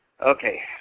Okay